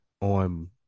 on